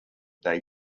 they